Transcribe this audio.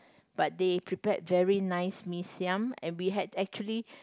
but they prepared very nice mee-siam and we had actually